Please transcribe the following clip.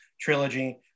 trilogy